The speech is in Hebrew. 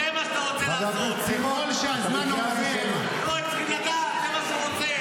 זה מה שאתה עושה, זה מה שאתה רוצה לעשות.